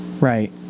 Right